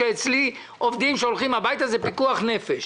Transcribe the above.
כאשר אצלי עובדים שהולכים הביתה זה פיקוח נפש.